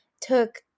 Took